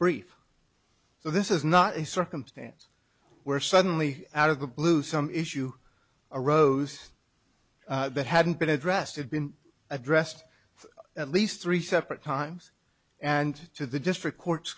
brief so this is not a circumstance where suddenly out of the blue some issue arose that hadn't been addressed had been addressed at least three separate times and to the district courts